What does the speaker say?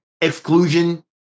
exclusion